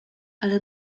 ale